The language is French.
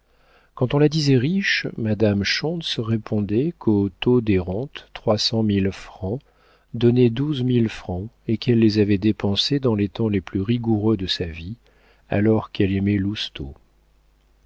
quand on la disait riche madame schontz répondait qu'au taux des rentes trois cent mille francs donnaient douze mille francs et qu'elle les avait dépensés dans les temps les plus rigoureux de sa vie alors qu'elle aimait